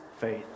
faith